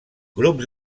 grups